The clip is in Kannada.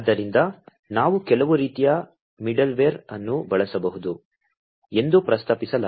ಆದ್ದರಿಂದ ನಾವು ಕೆಲವು ರೀತಿಯ ಮಿಡಲ್ವೇರ್ ಅನ್ನು ಬಳಸಬಹುದು ಎಂದು ಪ್ರಸ್ತಾಪಿಸಲಾಗಿದೆ